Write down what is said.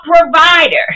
provider